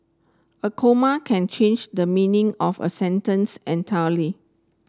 a comma can change the meaning of a sentence entirely